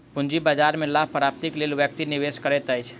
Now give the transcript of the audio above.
पूंजी बाजार में लाभ प्राप्तिक लेल व्यक्ति निवेश करैत अछि